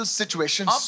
situations